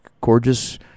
gorgeous